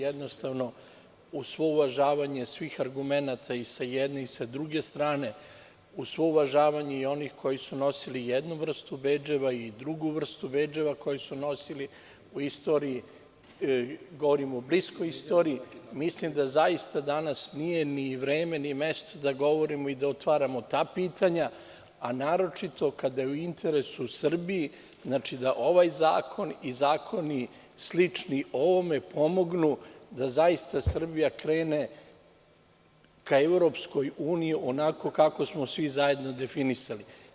Jednostavno, uz svo uvažavanje svih argumenata, i sa jedne i sa druge strane, uz svo uvažavanje onih koji su nosili jednu vrstu bedževa i drugu vrstu bedževa, koji su nosili u istoriji, govorim u bliskoj istoriji, mislim da danas nije ni vreme ni mesto da govorimo, da otvaramo ta pitanja, a naročito kada je u interesu Srbije da ovaj zakon i zakoni slični ovome pomognu da Srbija krene ka EU onako kako smo svi zajedno definisali.